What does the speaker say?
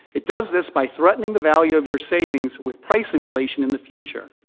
it does this by threate ning the value of your savings with price inflation in the future.